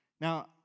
Now